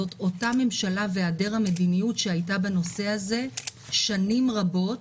זה הממשלה והיעדר המדיניות שהייתה בנושא הזה במשך שנים רבות